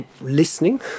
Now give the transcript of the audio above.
listening